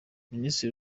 ministre